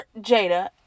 Jada